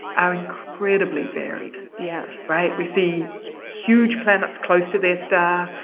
are incredibly varied yeah right. we see huge planets close to their star.